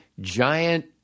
giant